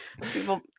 people